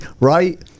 right